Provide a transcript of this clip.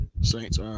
Saints